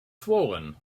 swollen